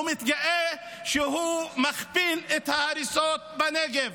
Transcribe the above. הוא מתגאה שהוא מכפיל את ההריסות בנגב.